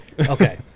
Okay